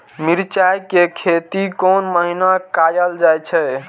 मिरचाय के खेती कोन महीना कायल जाय छै?